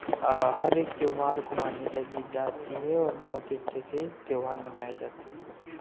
हरेक त्यौहार को मान्यता दी जाती है और बहुत ही अच्छे से त्यौहार मनाये जाते हैं